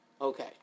Okay